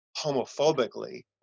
homophobically